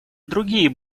другие